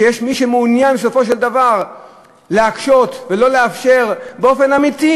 שיש מי שמעוניין בסופו של דבר להקשות ולא לאפשר באופן אמיתי,